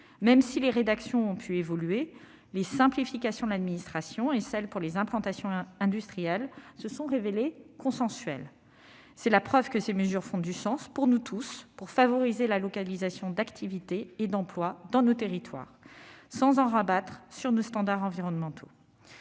Même si les rédactions ont pu évoluer, les simplifications de l'administration et celles pour les implantations industrielles se sont révélées consensuelles. C'est la preuve que ces mesures ont du sens pour nous tous, pour favoriser la localisation d'activités et d'emplois dans nos territoires sans en rabattre sur nos standards environnementaux.